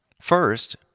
First